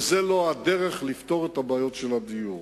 וזה לא הדרך לפתור את הבעיות של הדיור,